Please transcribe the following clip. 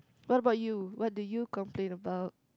what about you what do you complain about